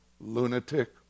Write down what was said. lunatic